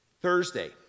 Thursday